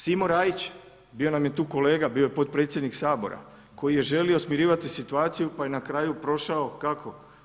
Simo Rajić, bio nam je tu kolega, bio je podpredsjednik Sabora koji je želio smirivati situaciju pa je na kraju prošao kako?